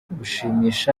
gushimisha